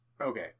Okay